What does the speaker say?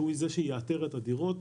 שהוא שיאתר את הדירות,